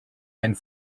einen